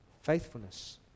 faithfulness